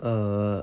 err